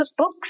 cookbooks